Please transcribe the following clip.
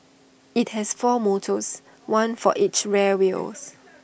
IT has four motors one for each rear wheels